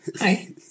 hi